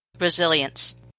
Resilience